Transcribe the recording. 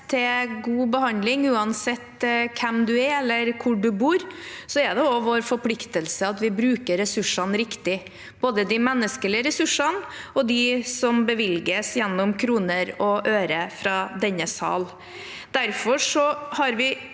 til god behandling uansett hvem man er eller hvor man bor, er det også vår forpliktelse at vi bruker ressursene riktig – både de menneskelige ressursene og dem som bevilges gjennom kroner og øre fra denne sal. Derfor har vi